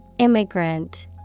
Immigrant